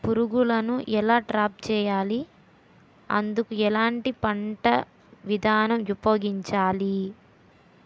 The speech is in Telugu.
పురుగులను ఎలా ట్రాప్ చేయాలి? అందుకు ఎలాంటి పంట విధానం ఉపయోగించాలీ?